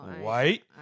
white